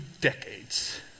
decades